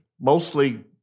mostly